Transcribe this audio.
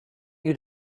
you